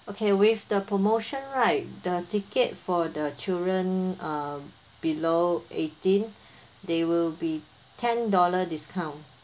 okay with the promotion right the ticket for the children uh below eighteen there will be ten dollar discount